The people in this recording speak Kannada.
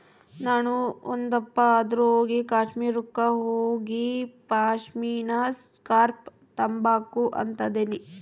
ನಾಣು ಒಂದಪ್ಪ ಆದ್ರೂ ಕಾಶ್ಮೀರುಕ್ಕ ಹೋಗಿಪಾಶ್ಮಿನಾ ಸ್ಕಾರ್ಪ್ನ ತಾಂಬಕು ಅಂತದನಿ